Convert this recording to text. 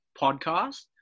podcast